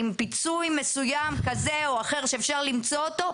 עם פיצוי מסוים כזה או אחר שאפשר למצוא אותו,